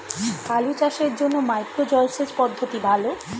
আলু চাষের জন্য কি মাইক্রো জলসেচ পদ্ধতি ভালো?